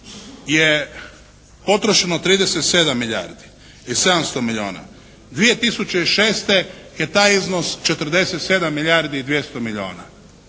je potrošeno 37 milijardi i 700 milijuna. 2006. je taj iznos 47 milijardi i 200 milijuna.